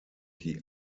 die